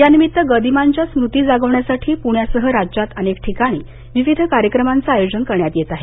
या निमित्त गदिमांच्या स्मृती जागवण्यासाठी पृण्यासह राज्यात अनेक ठिकाणी विविध कार्यक्रमाचं आयोजन करण्यात येत आहे